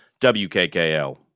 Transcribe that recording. WKKL